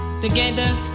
Together